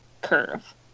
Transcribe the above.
curve